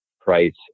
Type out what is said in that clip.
price